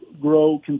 grow